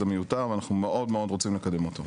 מיותר ואנחנו מאוד מאוד רוצים לקדם אותו.